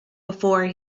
before